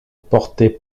portait